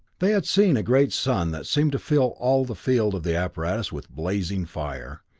they had seen a great sun that seemed to fill all the field of the apparatus with blazing fire.